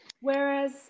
Whereas